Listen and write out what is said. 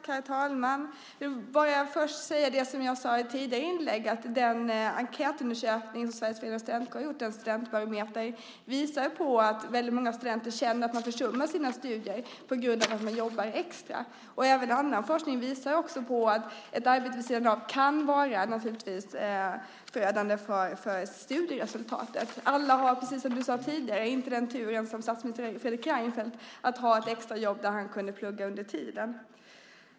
Herr talman! Jag vill först säga, som jag sade i ett tidigare inlägg, att den enkätundersökning som Sveriges förenade studentkårer har gjort, en studentbarometer, visar på att många studenter känner att de försummar sina studier på grund av att de jobbar extra. Även annan forskning visar att ett arbete vid sidan av naturligtvis kan vara förödande för studieresultatet. Alla har, precis som du sade tidigare, inte samma tur som statsminister Fredrik Reinfeldt, som hade ett extra jobb där han kunde plugga under tiden.